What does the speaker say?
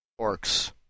orcs